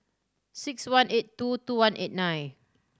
six one eight two two one eight nine